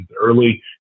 early